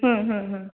হুম হুম হুম